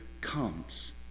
comes